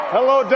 Hello